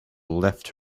left